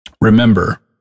Remember